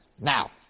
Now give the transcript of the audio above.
Now